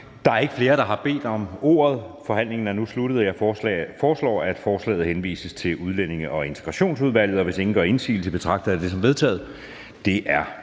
Der er ikke flere, der har bedt om ordet. Forhandlingen er nu sluttet. Jeg foreslår, at forslaget til folketingsbeslutning henvises til Udlændinge- og Integrationsudvalget. Hvis ingen gør indsigelse, betragter jeg det som vedtaget. Det er